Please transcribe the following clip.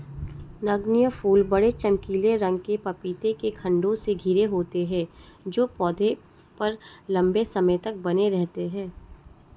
नगण्य फूल बड़े, चमकीले रंग के पपीते के खण्डों से घिरे होते हैं जो पौधे पर लंबे समय तक बने रहते हैं